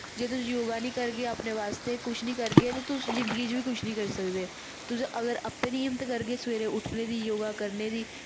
जेकर तुस योगा नेईं करगे अपने आस्ते कुछ नेंई करगे ते तुस जिंदगी च बी कुछ नेईं करी सकदे तुस अगर आपै नेईं हिम्मत करगे सवैरे उट्ठने दी योगा करने दी